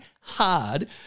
hard